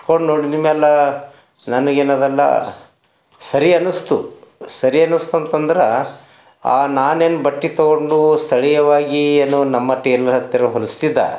ಉಟ್ಕೊಂಡು ನೋಡಿ ನಿಮ್ಮೆಲ್ಲ ನನಗೆ ಏನದಲ್ಲ ಸರಿ ಅನ್ನಿಸ್ತು ಸರಿ ಅನ್ನಿಸ್ತು ಅಂತ ಅಂದ್ರೆ ಆ ನಾನೇನು ಬಟ್ಟೆ ತೊಗೊಂಡೂ ಸ್ಥಳೀಯವಾಗಿ ಏನೋ ನಮ್ಮ ಟೇಲರ್ ಹತ್ತಿರ ಹೊಲಿಸ್ತಿದ್ದೆ